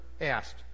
asked